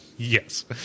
Yes